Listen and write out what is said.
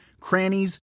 crannies